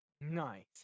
Nice